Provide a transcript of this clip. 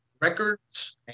records